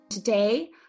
Today